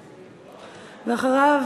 ואחריו,